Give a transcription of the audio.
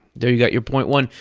there you've got your point one.